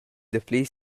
dapli